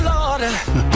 Lord